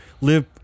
live